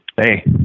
Hey